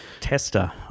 tester